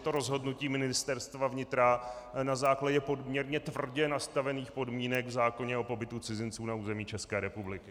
Je to rozhodnutí Ministerstva vnitra na základě poměrně tvrdě nastavených podmínek v zákoně o pobytu cizinců na území České republiky.